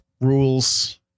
rules